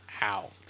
out